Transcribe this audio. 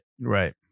Right